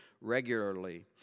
regularly